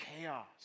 chaos